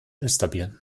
instabil